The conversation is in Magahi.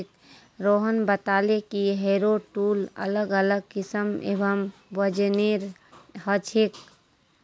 रोहन बताले कि हैरो टूल अलग अलग किस्म एवं वजनेर ह छे